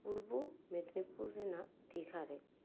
ᱯᱩᱨᱵᱚ ᱢᱮᱫᱽᱱᱤᱯᱩᱨ ᱨᱮᱱᱟᱜ ᱫᱤᱜᱷᱟ ᱨᱮ